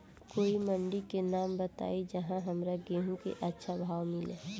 कोई मंडी के नाम बताई जहां हमरा गेहूं के अच्छा भाव मिले?